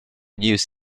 news